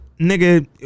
nigga